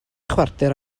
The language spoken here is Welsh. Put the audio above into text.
chwarter